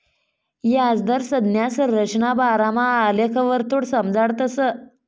याजदर संज्ञा संरचनाना बारामा आलेखवरथून समजाडतस